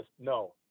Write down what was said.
No